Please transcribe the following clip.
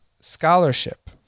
scholarship